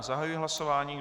Zahajuji hlasování.